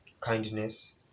kindness